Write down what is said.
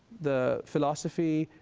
the philosophy,